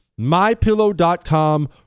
MyPillow.com